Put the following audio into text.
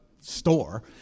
store